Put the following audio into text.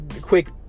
Quick